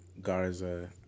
Garza